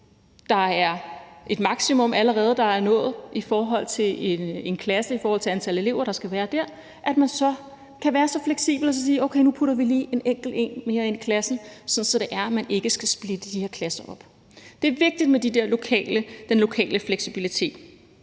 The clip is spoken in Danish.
der i en klasse allerede er nået et maksimum i forhold til det antal elever, der skal være i klassen, kan man være fleksibel og sige: Nu sætter vi lige en enkelt mere ind i klassen, så man ikke skal splitte de her klasser op. Det er vigtigt med den lokale fleksibilitet.